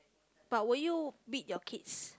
but will you beat your kid